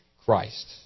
Christ